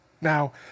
Now